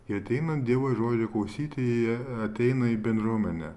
jie ateina dievo žodžio klausyti jie ateina į bendruomenę